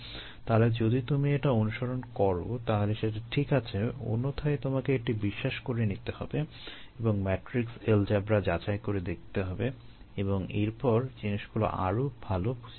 তাহলে যদি তুমি এটি অনুসরণ করো তাহলে সেটা ঠিক আছে অন্যথায় তোমাকে এটি বিশ্বাস করে নিতে হবে এবং ম্যাট্রিক্স এলজেব্রা যাচাই করে দেখতে হবে এবং এরপর জিনিসগুলো আরো ভাল বুঝতে হবে